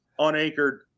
unanchored